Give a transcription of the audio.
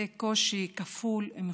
זה קושי כפול ומכופל.